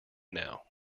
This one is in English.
now